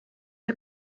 der